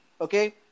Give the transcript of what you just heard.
Okay